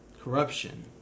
corruption